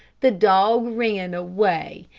the dog ran away,